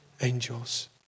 angels